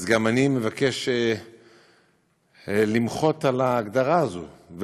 אז גם אני מבקש למחות על ההגדרה הזאת.